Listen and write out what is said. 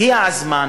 הגיע הזמן,